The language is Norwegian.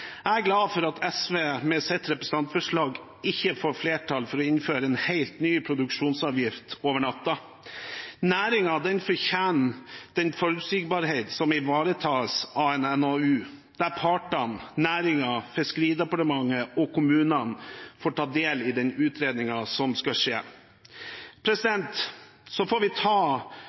Jeg er glad for at SV med sitt representantforslag ikke får flertall for å innføre en helt ny produksjonsavgift over natten. Næringen fortjener den forutsigbarhet som ivaretas av en NOU, der partene, næringen, Fiskeridepartementet og kommunene får ta del i den utredningen som skal skje. Så får vi ta